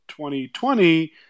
2020